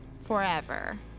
forever